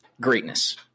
greatness